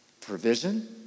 Provision